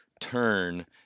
turn